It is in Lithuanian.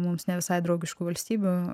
mums ne visai draugiškų valstybių